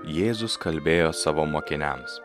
jėzus kalbėjo savo mokiniams